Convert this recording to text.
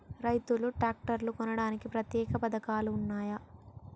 రైతులు ట్రాక్టర్లు కొనడానికి ప్రత్యేక పథకాలు ఉన్నయా?